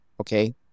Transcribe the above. okay